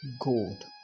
gold